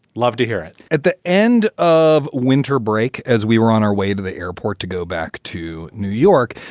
love to hear it. at the end of winter break, as we were on our way to the airport to go back to new york,